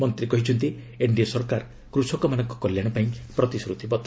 ମନ୍ତ୍ରୀ କହିଛନ୍ତି ଏନ୍ଡିଏ ସରକାର କୃଷକମାନଙ୍କ କଲ୍ୟାଶପାଇଁ ପ୍ରତିଶ୍ରତିବଦ୍ଧ